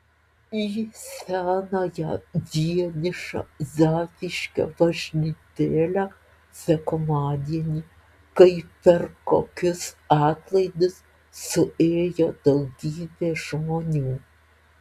į senąją vienišą zapyškio bažnytėlę sekmadienį kaip per kokius atlaidus suėjo daugybė žmonių